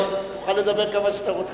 תוכל לדבר כמה שאתה רוצה.